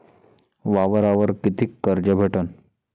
वावरावर कितीक कर्ज भेटन?